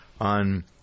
on